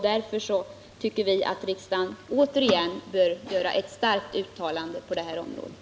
Därför tycker vi att riksdagen återigen bör göra ett uttalande på det här området.